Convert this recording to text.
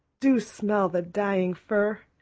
do smell the dying fir!